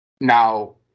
Now